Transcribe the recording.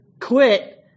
quit